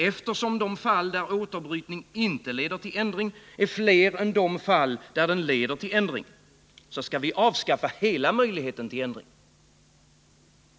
Eftersom de fall där återbrytning inte leder till ändring är fler än de fall där den leder till ändring, skall vi avskaffa hela möjligheten till ändring.